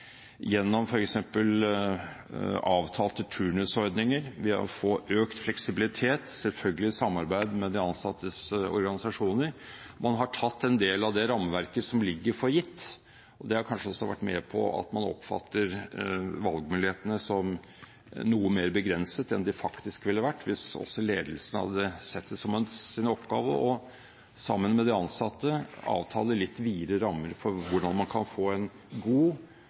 avtalte turnusordninger, ved å få økt fleksibilitet, selvfølgelig i samarbeid med de ansattes organisasjoner. Man har tatt en del av det rammeverket som ligger, for gitt. Det har kanskje også vært med på at man oppfatter valgmulighetene som noe mer begrenset enn de faktisk ville vært hvis også ledelsen hadde sett det som sin oppgave – sammen med de ansatte – å avtale litt videre rammer for hvordan man kan få en god